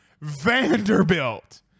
Vanderbilt